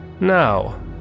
Now